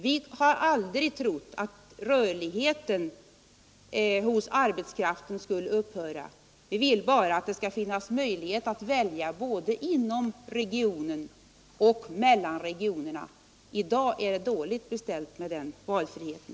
Vi har aldrig trott att rörligheten hos arbetskraften skulle upphöra. Vi vill bara att det skall finnas möjlighet att välja, både inom regionen och mellan regionerna. I dag är det dåligt beställt med den valfriheten.